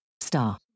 star